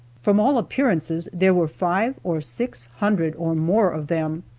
from all appearances there were five or six hundred or more of them.